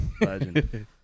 Legend